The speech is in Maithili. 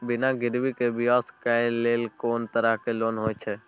बिना गिरवी के व्यवसाय करै ले कोन तरह के लोन होए छै?